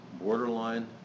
borderline